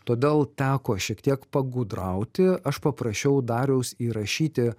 todėl teko šiek tiek pagudrauti aš paprašiau dariaus įrašyti